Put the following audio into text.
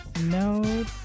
No